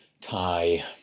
thai